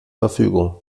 verfügung